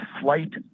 flight